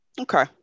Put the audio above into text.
Okay